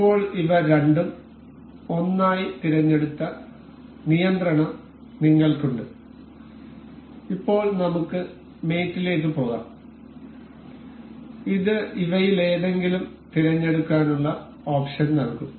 ഇപ്പോൾ ഇവ രണ്ടും 1 ആയി തിരഞ്ഞെടുത്ത നിയന്ത്രണം നിങ്ങൾക്ക് ഉണ്ട് ഇപ്പോൾ നമുക്ക് മേറ്റ് ലേക്ക് പോകാം ഇത് ഇവയിലേതെങ്കിലും തിരഞ്ഞെടുക്കാനുള്ള ഓപ്ഷൻ നൽകും